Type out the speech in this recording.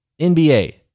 NBA